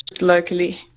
locally